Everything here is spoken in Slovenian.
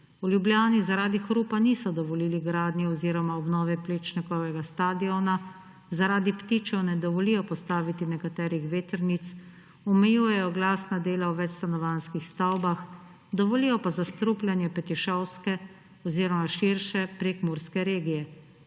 V Ljubljani zaradi hrupa niso dovolili gradnje oziroma obnove Plečnikovega stadiona, zaradi ptičev ne dovolijo postavi nekaterih vetrnic, omejujejo glasna dela v večstanovanjskih stavbah, dovolijo pa zastrupljanje petišovske oziroma širše prekmurske regije.